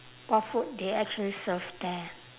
what food they actually serve there